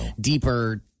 deeper